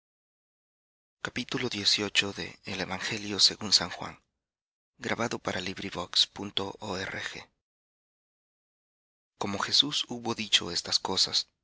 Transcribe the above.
como jesús hubo dicho estas cosas